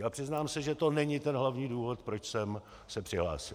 Ale přiznám se, že to není ten hlavní důvod, proč jsem se přihlásil.